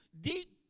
deep